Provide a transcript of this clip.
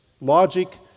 Logic